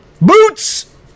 Boots